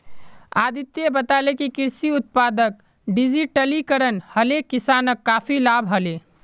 अदित्य बताले कि कृषि उत्पादक डिजिटलीकरण हले किसानक काफी लाभ हले